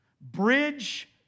Bridge